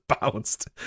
bounced